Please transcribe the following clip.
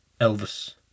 Elvis